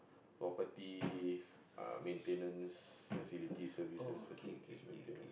property uh maintenance facility services facilities maintenance